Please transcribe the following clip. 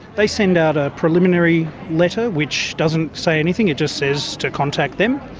they send out a preliminary letter which doesn't say anything, it just says to contact them,